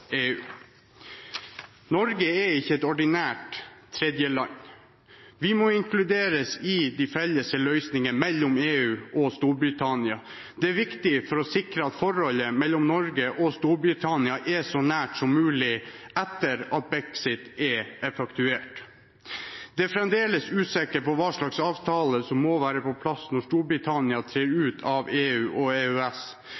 EU. Norge er ikke et ordinært tredjeland, og vi må inkluderes i de felles løsningene mellom EU og Storbritannia. Det er viktig for å sikre at forholdet mellom Norge og Storbritannia er så nært som mulig også etter at brexit er effektuert. Det er fremdeles usikkert hva slags avtale som må være på plass når Storbritannia trer